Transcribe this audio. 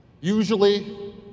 Usually